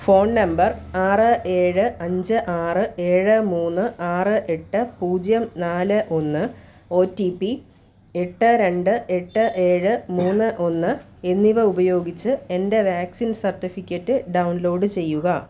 phone number ആറ് ഏഴ് അഞ്ച് ആറ് ഏഴ് മൂന്ന് ആറ് എട്ട് പൂജ്യം നാല് ഒന്ന് ഒ ടി പി എട്ട് രണ്ട് എട്ട് ഏഴ് മൂന്ന് ഒന്ന് എന്നിവ ഉപയോഗിച്ച് എൻ്റെ വാക്സിൻ സർട്ടിഫിക്കറ്റ് ഡൗൺലോഡ് ചെയ്യുക